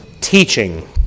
teaching